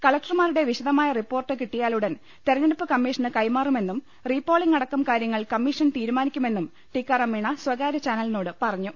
കളക്ടർമാരുടെ വിശദമായ റിപ്പോർട്ട് കിട്ടിയാലുടൻ തെരഞ്ഞെടുപ്പ് കമ്മീഷന് കൈമാറുമെന്നും റീ പോളിങ് അടക്കം കാരൃങ്ങൾ കമ്മീഷൻ തീരുമാനിക്കുമെന്നും ടിക്കാറാം മീണ സ്ഥകാര്യ ചാനലിനോട് പറഞ്ഞു